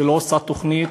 לא עושה תוכנית.